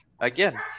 Again